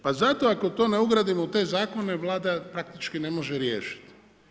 Pa zato ako to ne ugradimo u te zakone Vlada praktički ne može riješiti.